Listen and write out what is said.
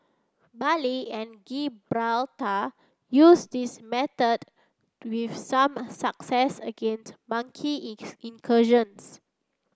Bali and Gibraltar used this method with some success against monkey incursions